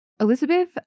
Elizabeth